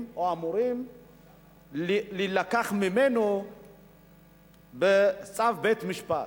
או אמורים להילקח ממנו בצו בית-משפט.